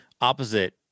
opposite